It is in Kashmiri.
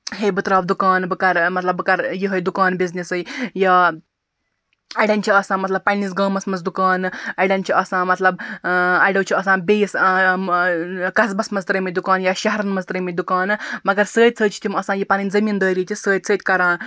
ہے بہٕ تراوٕ دُکان بہٕ کَرٕ مَطلَب بہٕ کَرٕ یہے دُکان بِزنٮ۪سٕے یا اَڑٮ۪ن چھ آسان مَطلَب پَننِس گامَس مَنٛز دُکانہٕ اَڑٮ۪ن چھ آسان مَطلَب اَڑٮ۪و چھُ آسان بیٚیِس قصبَس مَنٛز ترٲمٕتۍ دُکان یا شَہرَن مَنٛز ترٲمٕتۍ دُکانہٕ مَگَر سۭتۍ سۭتۍ چھِ تِم آسان یہِ پَنٕنۍ زمیٖن دٲری تہِ سۭتۍ سۭتۍ کَران